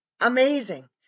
amazing